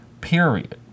period